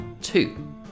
two